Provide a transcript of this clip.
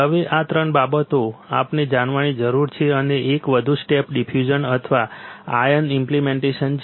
હવે આ ત્રણ બાબતો આપણે જાણવાની જરૂર છે અને એક વધુ સ્ટેપ ડિફ્યુઝન અથવા આયન ઇમ્પ્લિટેશન છે